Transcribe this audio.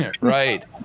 Right